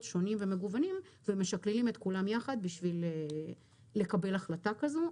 שונים ומגוונים ומשקללים את כולם ביחד בשביל לקבל החלטה כזו.